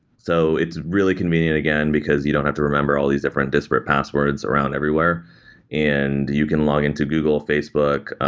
so it's really convenient again because you don't have to remember all these different disparate passwords around everywhere and you can login to google, facebook,